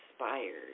inspired